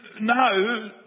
no